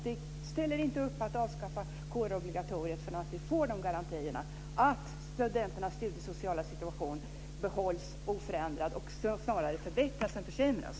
Vi ställer inte upp på att avskaffa kårobligatoriet förrän vi får garantier för att studenternas studiesociala situation behålls oförändrad eller snarare förbättras än försämras.